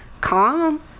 calm